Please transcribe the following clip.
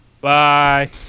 Bye